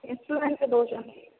ଇଂସ୍ଟଲମେଣ୍ଟରେ ଦେଉଛନ୍ତି